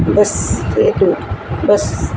બસ થઈ ગયું બસ